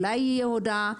אולי תהיה הודעה,